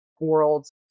worlds